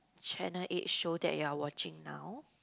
channel eight show that you're watching now